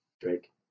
Drake